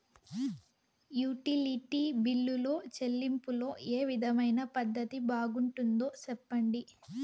Utility బిల్లులో చెల్లింపులో ఏ విధమైన పద్దతి బాగుంటుందో సెప్పండి?